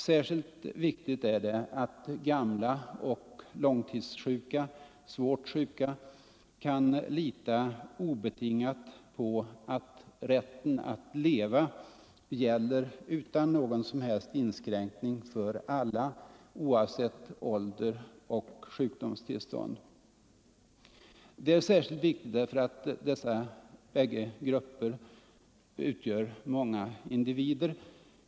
Särskilt viktigt är det att gamla, långtidssjuka och svårt sjuka kan lita obetingat på att rätten att leva gäller utan någon som helst inskränkning för alla, oavsett ålder och sjukdomstillstånd. Det är särskilt viktigt därför att dessa grupper utgörs av många individer.